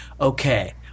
okay